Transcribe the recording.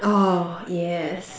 oh yes